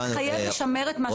משרד הבריאות חייב לשמר את מה שיש.